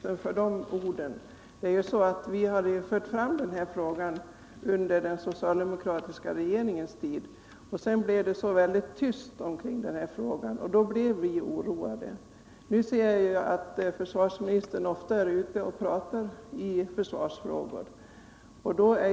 Herr talman! Jag tackar försvarsministern för de orden. Vi förde fram denna fråga under den socialdemokratiska regeringens tid. Sedan blev det så tyst kring frågan, och då blev vi oroade. Nu ser jag att försvarsministern ofta är ute och talar i försvarsfrågor.